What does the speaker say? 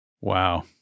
Wow